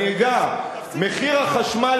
אני אגע במחיר החשמל,